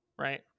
right